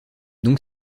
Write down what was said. donc